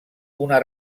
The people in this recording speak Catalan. una